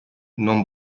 non